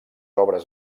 obres